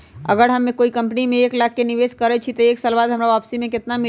अगर हम कोई कंपनी में एक लाख के निवेस करईछी त एक साल बाद हमरा वापसी में केतना मिली?